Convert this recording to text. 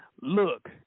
look